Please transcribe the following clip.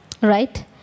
Right